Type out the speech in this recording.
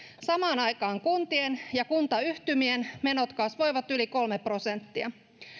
samaan aikaan kuntien ja kuntayhtymien menot kasvoivat yli kolme prosenttia